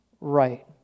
right